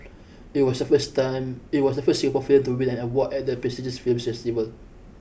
it was the first time it was the first Singapore film to win an award at the prestigious film festival